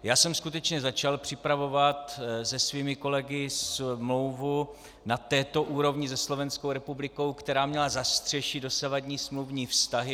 Já jsem skutečně začal připravovat se svými kolegy smlouvu na této úrovni se Slovenskou republikou, která měla zastřešit dosavadní smluvní vztahy.